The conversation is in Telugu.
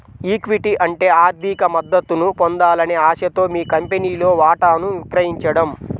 ఈక్విటీ అంటే ఆర్థిక మద్దతును పొందాలనే ఆశతో మీ కంపెనీలో వాటాను విక్రయించడం